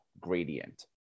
Gradient